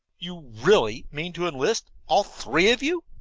you really mean to enlist all three of you?